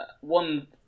one